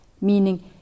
Meaning